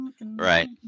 right